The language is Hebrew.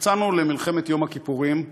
כשיצאנו למלחמת יום הכיפורים,